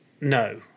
No